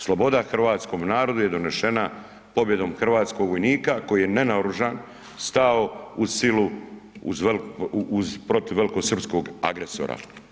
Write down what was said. Sloboda hrvatskom narodu je donesena pobjedom hrvatskog vojnika koji je nenaoružan stao uz silu, protiv velikosrpskog agresora.